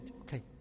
Okay